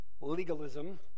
legalism